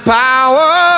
power